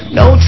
no